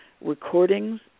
recordings